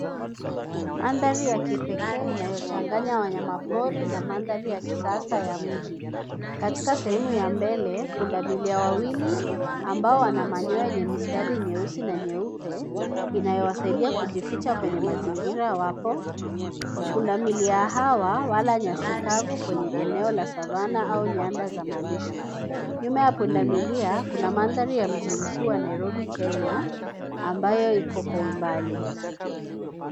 Mandhari ya kipekee inayochanganya wanyama pori na mandhari ya kisasa ya mji. Katika sehemu ya mbele, pundamilia wawili ambao wana manyoya yenye mistari nyeusi na nyeupe, inayowasaidia kujificha kwenye mazingira wapo. Pundamilia hawa wala nyasi kavu kwenye eneo la savannah au nyanda za malisho. Nyuma ya pundamilia kuna mandhari ya mji mkuu wa Nairobi Kenya ambayo iko kwa umbali.